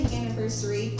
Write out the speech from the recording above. anniversary